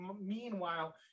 meanwhile